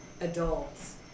adults